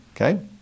Okay